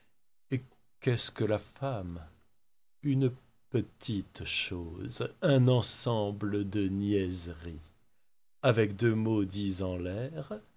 et qu'est-ce que la femme une petite chose un ensemble de niaiseries avec deux mots dits en l'air